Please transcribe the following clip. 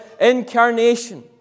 incarnation